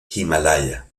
himalaya